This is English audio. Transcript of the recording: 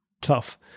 tough